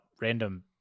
random